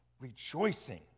rejoicing